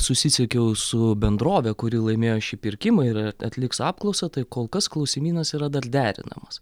susisiekiau su bendrove kuri laimėjo šį pirkimą ir atliks apklausą tai kol kas klausimynas yra dar derinamas